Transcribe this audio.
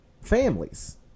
families